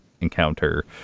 encounter